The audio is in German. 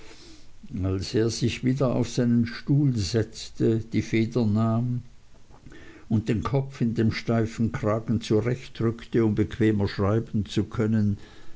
als er sich wieder auf seinen stuhl setzte die feder nahm und den kopf in dem steifen kragen zurecht rückte um bequemer schreiben zu können